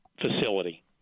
facility